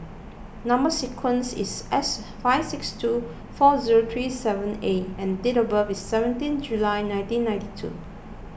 Number Sequence is S five six two four zero three seven A and date of birth is seventeen July nineteen ninety two